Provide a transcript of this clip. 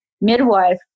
midwife